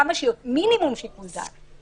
רק מינימום שיקול דעת.